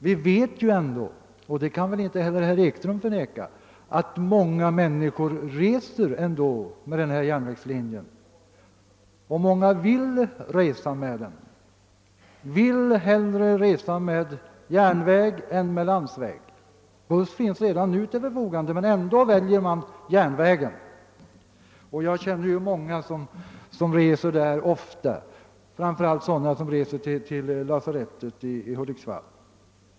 Vi vet — och det kan väl inte herr Ekström förneka — att det är många människor som reser med järnväg på denna sträcka, och många vill resa på det sättet. De vill hellre resa med järnväg än med landsvägsfordon. Det finns redan nu en buss som kan användas, men människorna väljer järnvägen. Jag känner många som reser ofta med järnväg, framför allt människor som skall till lasarettet i Hudiksvall.